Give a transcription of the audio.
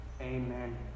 Amen